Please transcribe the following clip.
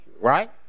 right